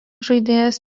žaidėjas